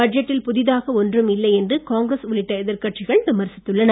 பட்ஜெட்டில் புதிதாக ஒன்றும் இல்லை என்று காங்கிரஸ் உள்ளிட்ட எதிர் கட்சிகள் விமர்சித்துள்ளன